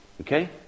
okay